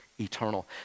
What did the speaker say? eternal